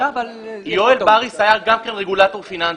יואל בריס היה גם כן רגולטור פיננסי.